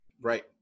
Right